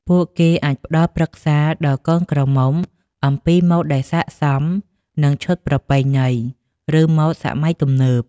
ពួកគេអាចផ្តល់ប្រឹក្សាដល់កូនក្រមុំអំពីម៉ូដដែលស័ក្តិសមនឹងឈុតប្រពៃណី ឬម៉ូដសម័យទំនើប។